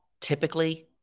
typically